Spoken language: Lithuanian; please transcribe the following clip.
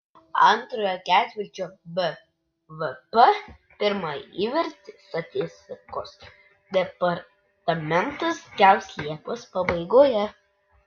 antrojo ketvirčio bvp pirmąjį įvertį statistikos departamentas skelbs liepos pabaigoje